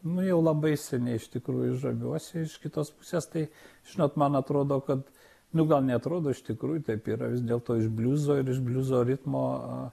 nu jau labai seniai iš tikrųjų žaviuosi iš kitos pusės tai žinot man atrodo kad nu gal neatrodo iš tikrųjų taip yra vis dėlto iš bliuzo ir iš bliuzo ritmo